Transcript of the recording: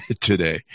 today